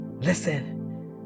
listen